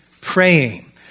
praying